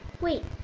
Wait